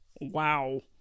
Wow